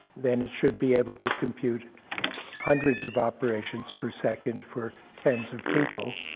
then it should be able to compute hundreds of operations per second for tens of people.